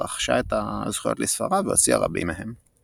רכשה את הזכויות לספריו והוציאה רבים מהם.